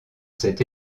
cet